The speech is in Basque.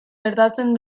gertatzen